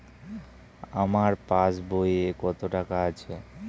আমার পাস বইয়ে কত টাকা আছে?